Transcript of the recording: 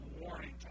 warning